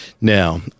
Now